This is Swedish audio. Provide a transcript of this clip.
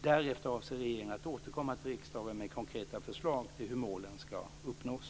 Därefter avser regeringen att återkomma till riksdagen med konkreta förslag till hur målen ska uppnås.